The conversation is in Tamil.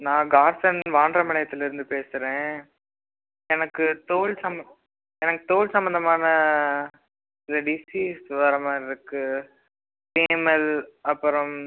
நான் காசன் வான்ட்றாம்பாளையத்துலிருந்து பேசுகிறேன் எனக்கு தோல் சம்ம எனக்கு தோல் சம்மந்தமான இந்த டிசீஸ் வர மாதிரி இருக்குது தேமல் அப்புறம்